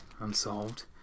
unsolved